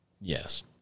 Yes